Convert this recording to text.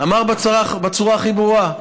אומר בצורה הכי ברורה: